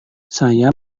saya